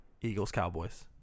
Eagles-Cowboys